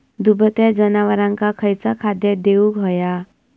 दुभत्या जनावरांका खयचा खाद्य देऊक व्हया?